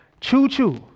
Choo-choo